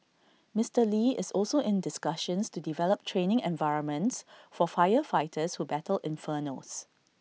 Mister lee is also in discussions to develop training environments for firefighters who battle infernos